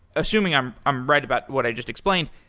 assuming i'm i'm right about what i just explained,